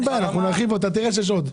אין בעיה, אנחנו נרחיב, אתה תראה שיש עוד.